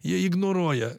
jie ignoruoja